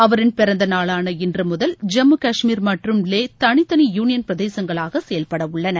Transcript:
அவரின் பிறந்த நாளான இன்று முதல் ஜம்மு காஷ்மீர் மற்றும் லே தனித்தனி யூனியன் பிரதேசங்களாக செயல்படவுள்ளன